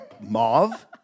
mauve